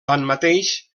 tanmateix